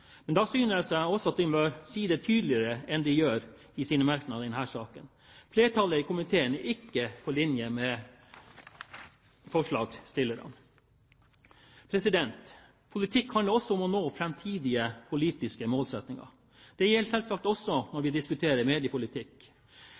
men da synes jeg de bør si det tydeligere enn de gjør i sine merknader i denne saken. Flertallet i komiteen er ikke på linje med forslagsstillerne. Politikk handler om å nå framtidige politiske målsettinger. Det gjelder selvsagt også når